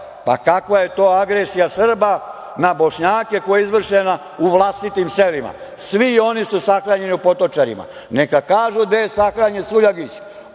Kako je to agresija Srba na Bošnjake koja je izvršena u vlastitim selima? Svi oni su sahranjeni u Potočarima. Neka kažu gde je sahranjen Suljagić,